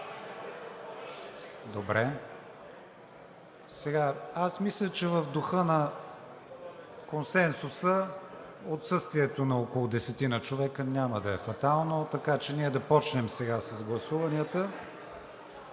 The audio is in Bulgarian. Сега мисля, че в духа на консенсуса отсъствието на около 10 човека няма да е фатално, така че ние да започнем с гласуванията.